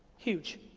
huge.